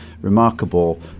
remarkable